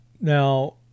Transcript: now